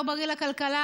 לא בריא לכלכלה.